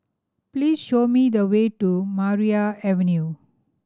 please show me the way to Maria Avenue